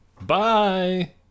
Bye